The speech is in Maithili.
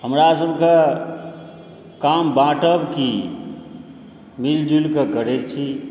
हमरा सबके काम बाँटब की मिल जुलि कऽ करै छी